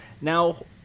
Now